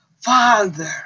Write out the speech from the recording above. Father